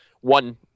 one